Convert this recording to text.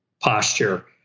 posture